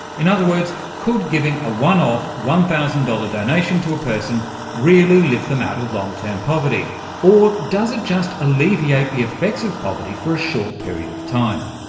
in other words, could giving a one-off one thousand dollars donation to a person really lift them out of long-term poverty, or does it just alleviate the effects of poverty for a short period of time?